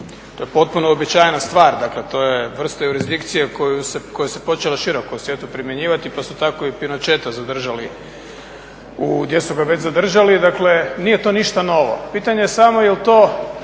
To je potpuno uobičajena stvar, dakle to je vrsta jurisdikcije koja se počela široko u svijetu primjenjivati pa su tako i … zadržali gdje su ga već zadržali. Dakle nije to ništa novo, pitanje je samo je li to